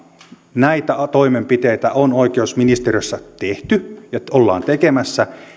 näitä toimenpiteitä on oikeusministeriössä tehty ja ollaan tekemässä